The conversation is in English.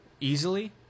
Easily